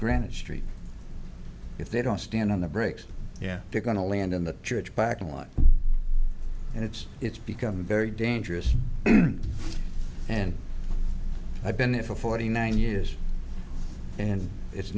greenwich street if they don't stand on the brakes yeah they're going to land in the church back in one and it's it's become very dangerous and i've been there for forty nine years and it's